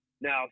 Now